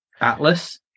Atlas